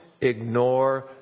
ignore